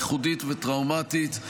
ייחודית וטראומתית.